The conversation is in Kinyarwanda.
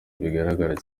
bigaragara